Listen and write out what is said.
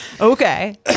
okay